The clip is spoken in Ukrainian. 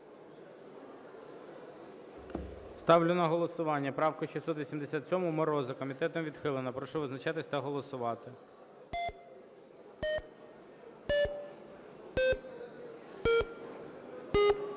Ставлю на голосування правку 687 Мороза. Комітетом відхилено. Прошу визначатись та голосувати.